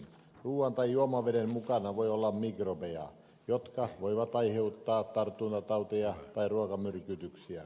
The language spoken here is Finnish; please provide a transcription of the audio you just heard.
ruuan tai juomaveden mukana voi olla mikrobeja jotka voivat aiheuttaa tartuntatauteja tai ruokamyrkytyksiä